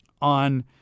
on